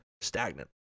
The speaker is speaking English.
stagnant